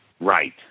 right